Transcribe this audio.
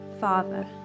Father